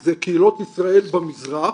זה קהילות ישראל במזרח,